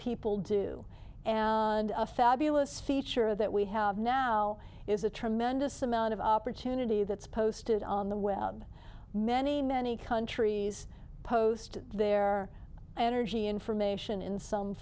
people do a fabulous feature of that we have now is a tremendous amount of opportunity that's posted on the web many many countries post their energy information in some